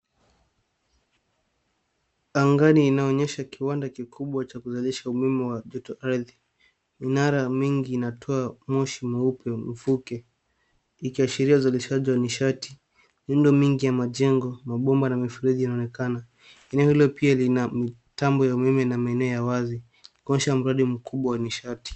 Angani inaonyesha kiwanda kikubwa cha kuzalisha umeme wa joto-ardhi. Minara mingi inatoa moshi mweupe mvuke ikiashiria uzalishaji wa nishati, miundo mingi ya majengo, mabomba na mifereji yanaonekana. Eneo hilo pia lina mitambo ya umeme na maeneo ya wazi ya kuonyesha mradi mkubwa umeme na nishati.